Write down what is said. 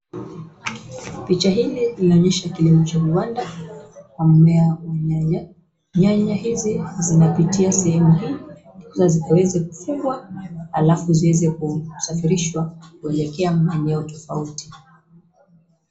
Picha hili linaonyesha kilimo cha viwanda wa mmea wa nyanya. Nyanya hizi zinapitia sehemu hii na zikaweze kufungwa alafu ziweze kusafirishwa kuelekea maeneo tofauti.